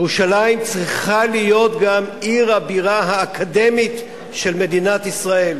ירושלים צריכה להיות גם עיר הבירה האקדמית של מדינת ישראל,